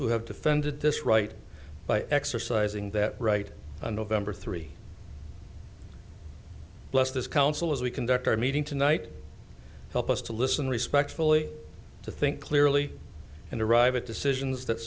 who have defended this right by exercising that right on november three blessed this council as we conduct our meeting tonight help us to listen respectfully to think clearly and arrive at decisions that